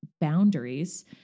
boundaries